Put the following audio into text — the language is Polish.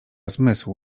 zmysł